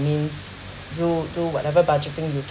means do do whatever budgeting you